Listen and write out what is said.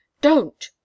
Don't